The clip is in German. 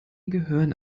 gehören